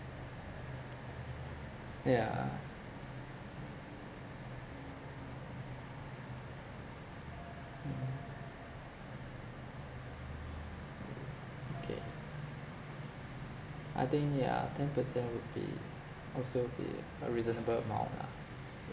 uh yeah mmhmm okay I think yeah ten percent would be also be a reasonable amount lah